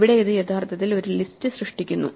ഇവിടെ ഇത് യഥാർത്ഥത്തിൽ ഒരു ലിസ്റ്റ് സൃഷ്ടിക്കുന്നു